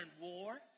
war